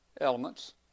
elements